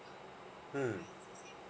mm